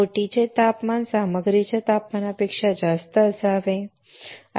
बोटीचे तापमान सामग्रीच्या तापमानापेक्षा जास्त असावे